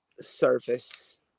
service